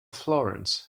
florence